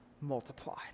multiplied